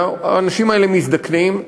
האנשים האלה מזדקנים,